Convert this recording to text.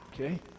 Okay